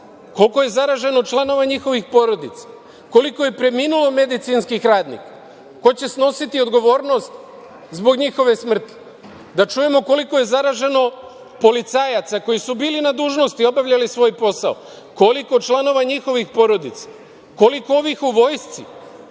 Koliko je zaraženo članova njihovih porodica? Koliko je preminulo medicinskih radnika? Ko će snositi odgovornost zbog njihove smrti? Da čujemo koliko je zaraženo policajaca koji su bili na dužnosti, obavljali svoj posao? Koliko članova njihovih porodica? Koliko ovih u Vojsci